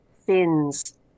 fins